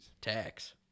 tax